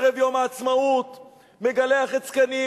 אך ערב יום העצמאות אני מגלח את זקני,